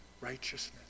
righteousness